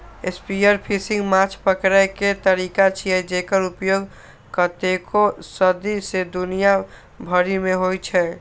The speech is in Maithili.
स्पीयरफिशिंग माछ पकड़ै के तरीका छियै, जेकर उपयोग कतेको सदी सं दुनिया भरि मे होइ छै